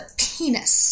penis